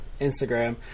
Instagram